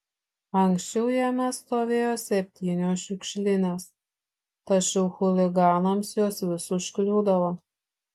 anksčiau jame stovėjo septynios šiukšlinės tačiau chuliganams jos vis užkliūdavo